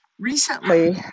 recently